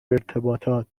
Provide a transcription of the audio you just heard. ارتباطات